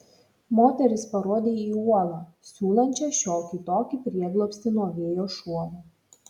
moteris parodė į uolą siūlančią šiokį tokį prieglobstį nuo vėjo šuorų